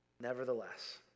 nevertheless